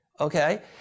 okay